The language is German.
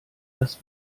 das